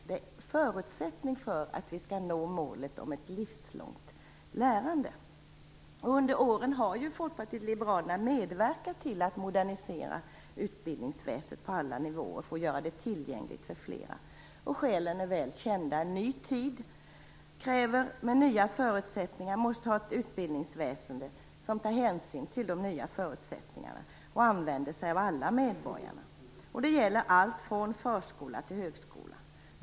Detta är förutsättningen för att vi skall nå målet om ett livslångt lärande. Under åren har Folkpartiet liberalerna medverkat till att modernisera utbildningsväsendet på alla nivåer för att göra det tillgängligt för fler. Skälen är väl kända: En ny tid med nya förutsättningar måste ha ett utbildningsväsende som tar hänsyn till dessa nya förutsättningar och som använder sig av alla medborgare. Detta gäller allt från förskola till högskola.